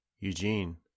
Eugene